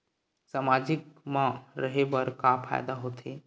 सामाजिक मा रहे बार का फ़ायदा होथे?